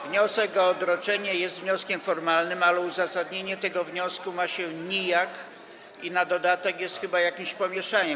Wniosek o odroczenie jest wnioskiem formalnym, ale uzasadnienie tego wniosku ma się nijak i na dodatek jest chyba jakimś pomieszaniem.